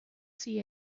see